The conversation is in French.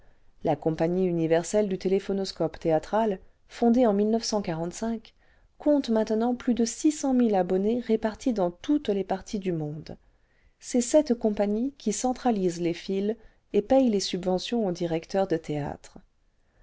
la compagnie universelle du téléphonoscope théâtral fondée en compte maintenant plus de six cent mille abonnés répartis dans toutes les parties du monde c'est cette compagnie qui centrabse les fils et paye les subventions aux directeurs de théâtres